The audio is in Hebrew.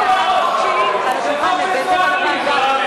מה פתאום,